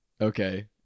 Okay